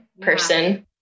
person